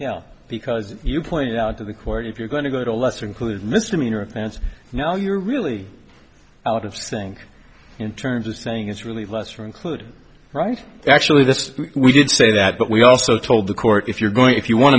yeah because you pointed out to the court if you're going to go to a lesser included misdemeanor offense now you're really out of sync in terms of saying it's really lesser included right actually this we did say that but we also told the court if you're going if you want